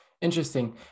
Interesting